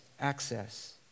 access